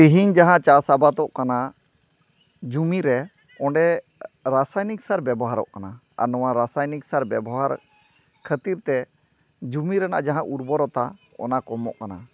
ᱛᱮᱦᱮᱧ ᱡᱟᱦᱟᱸ ᱪᱟᱥ ᱟᱵᱟᱫᱚᱜ ᱠᱟᱱᱟ ᱡᱩᱢᱤᱨᱮ ᱚᱸᱰᱮ ᱨᱟᱥᱟᱭᱱᱤᱠ ᱥᱟᱨ ᱵᱮᱵᱚᱦᱟᱨᱚᱜ ᱠᱟᱱᱟ ᱟᱨ ᱱᱚᱣᱟ ᱨᱟᱥᱟᱭᱱᱤᱠ ᱥᱟᱨ ᱵᱮᱵᱚᱦᱟᱨ ᱠᱷᱟᱹᱛᱤᱨᱛᱮ ᱡᱩᱢᱤ ᱨᱮᱱᱟᱜ ᱡᱟᱦᱟᱸ ᱩᱨᱵᱚᱨᱚᱛᱟ ᱚᱱᱟ ᱠᱚᱢᱚᱜ ᱠᱟᱱᱟ